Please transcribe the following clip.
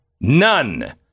None